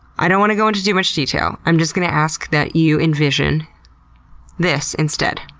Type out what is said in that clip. i don't want to go into too much detail, i'm just gonna ask that you envision this instead.